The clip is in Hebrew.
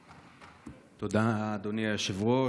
תודה, אדוני היושב-ראש.